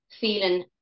feeling